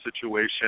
situation